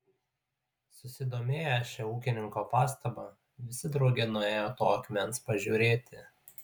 susidomėję šia ūkininko pastaba visi drauge nuėjo to akmens pažiūrėti